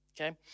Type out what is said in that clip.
okay